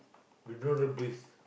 we don't know the place